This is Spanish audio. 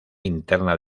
interna